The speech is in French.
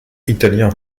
italien